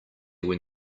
when